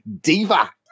diva